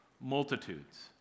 Multitudes